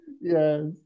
Yes